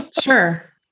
Sure